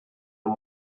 are